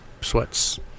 sweats